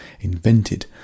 invented